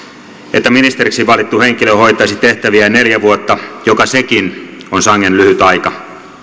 että ministeriksi valittu henkilö hoitaisi tehtäviään neljä vuotta joka sekin on sangen lyhyt aika